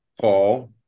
paul